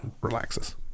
relaxes